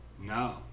No